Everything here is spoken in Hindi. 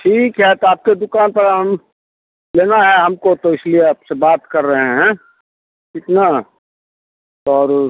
ठीक है तो आपके दुकान पर हम लेना है हमको तो इसलिए आपसे बात कर रहे हैं कितना और